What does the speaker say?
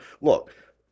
Look